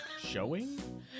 Showing